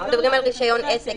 אם אנחנו מדברים על רישיון עסק,